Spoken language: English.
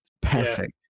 perfect